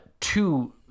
two